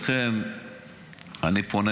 לכן אני פונה